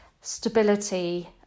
stability